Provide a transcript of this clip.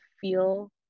feel